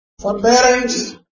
Forbearance